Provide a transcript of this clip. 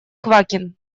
квакин